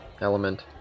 element